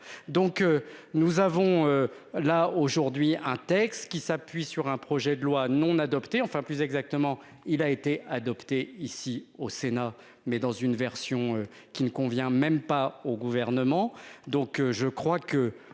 donc nous avons là aujourd'hui un texte qui s'appuie sur un projet de loi non adopté, enfin plus exactement, il a été adopté ici au Sénat, mais dans une version qui ne convient même pas au gouvernement,